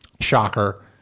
shocker